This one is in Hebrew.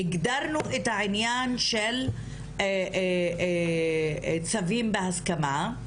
הגדרנו את העניין של צווים בהסכמה,